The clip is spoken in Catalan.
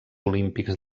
olímpics